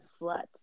slut